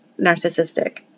narcissistic